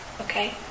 okay